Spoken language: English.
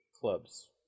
Clubs